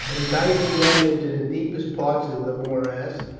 enticing them into the deepest parts of the morass,